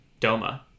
Doma